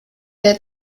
der